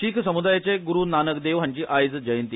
शिख समुदायाचे गुरू नानक देव हांची आयज जयंती